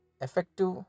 effective